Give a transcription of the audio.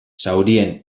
zaurien